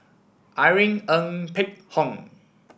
Irene Ng Phek Hoong